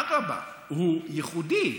אדרבה, הוא ייחודי.